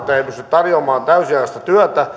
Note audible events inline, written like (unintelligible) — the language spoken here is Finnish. tarjoamaan täysiaikaista työtä (unintelligible)